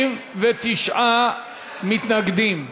39 מתנגדים,